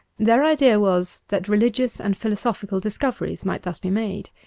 their idea was that religious and philosophical discoveries might thus be made.